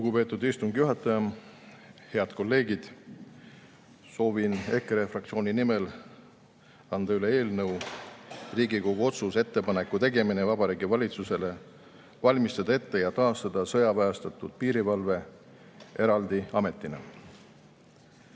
Lugupeetud istungi juhataja! Head kolleegid! Soovin EKRE fraktsiooni nimel anda üle Riigikogu otsuse "Ettepaneku tegemine Vabariigi Valitsusele valmistada ette ja taastada sõjaväestatud piirivalve eraldi ametina"